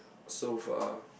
so far